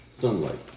sunlight